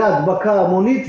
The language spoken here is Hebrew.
ולהדבקה המונית,